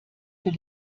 für